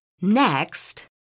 Next